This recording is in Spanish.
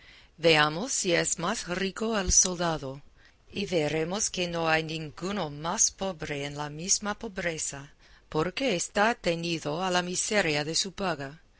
veamos si es más rico el soldado y veremos que no hay ninguno más pobre en la misma pobreza porque está atenido a la miseria de su paga